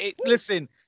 Listen